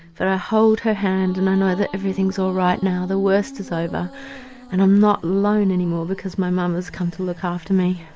but i hold her hand and i know that everything's all right now, the worst is over and i'm not alone any more, because my mum has come to look after me.